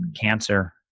cancer